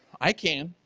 i can.